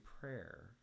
prayer